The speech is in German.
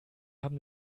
haben